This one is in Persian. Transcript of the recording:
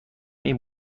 این